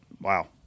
wow